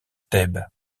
thèbes